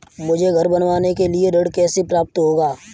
मुझे घर बनवाने के लिए ऋण कैसे प्राप्त होगा?